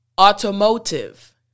automotive